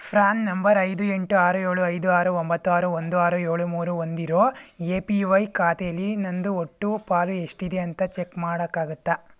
ಫ್ರಾನ್ number ಐದು ಎಂಟು ಆರು ಏಳು ಐದು ಆರು ಒಂಬತ್ತು ಆರು ಒಂದು ಆರು ಏಳು ಮೂರು ಹೊಂದಿರೋ ಎ ಪಿ ವೈ ಖಾತೆಲಿ ನನ್ನದು ಒಟ್ಟು ಪಾಲು ಎಷ್ಟಿದೆ ಅಂತ ಚೆಕ್ ಮಾಡೋಕ್ಕಾಗತ್ತಾ